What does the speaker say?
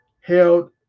held